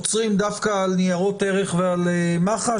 עוצרים דווקא על ניירות ערך ועל מח"ש?